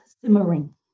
simmering